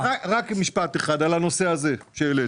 ראש, משפט אחד על הנושא הזה שהעלית.